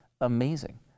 amazing